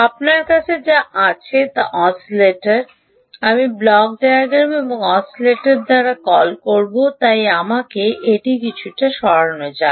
আপনার কাছে যা আছে তা অসিলেটর আমি ব্লক ডায়াগ্রাম এবং এই অসিলেটর দ্বারা কল করব তাই এটি কিছুটা সরানো যাক